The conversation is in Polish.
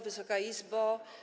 Wysoka Izbo!